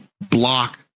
block